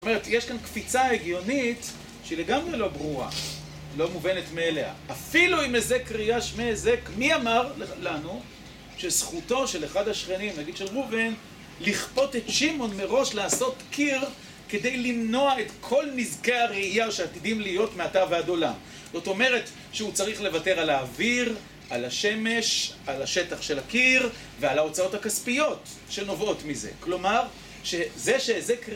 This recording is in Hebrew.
זאת אומרת, יש כאן קפיצה הגיונית שהיא לגמרי לא ברורה, לא מובנת מאליה. אפילו אם איזה קריאה יש נזק, מי אמר לנו שזכותו של אחד השכנים, נגיד של ראובן, לכפות את שמעון מראש לעשות קיר כדי למנוע את כל נזקי הראייה שעתידים להיות מעתה ועד עולם. זאת אומרת שהוא צריך לוותר על האוויר, על השמש, על השטח של הקיר ועל ההוצאות הכספיות שנובעות מזה. כלומר, שזה שאיזה קריא...